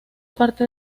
parte